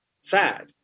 sad